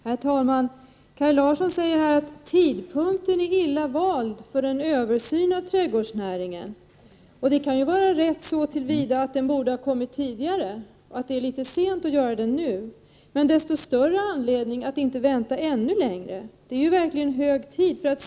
Herr talman! Kaj Larsson säger att tidpunkten för en översyn av trädgårdsnäringen är illa vald. Det kan ju vara rätt så till vida att en översyn borde ha gjorts tidigare och att det är litet sent att göra den nu. Men desto större anledning finns att inte vänta ännu längre. Det är verkligen hög tid.